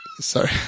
sorry